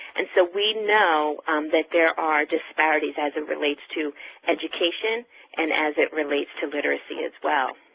and so we know that there are disparities as it relates to education and as it relates to literacy as well.